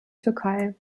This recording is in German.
türkei